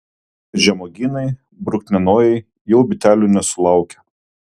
žemuogynai bruknienojai jau bitelių nesulaukia